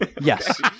Yes